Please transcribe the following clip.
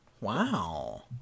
Wow